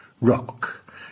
rock